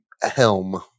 helm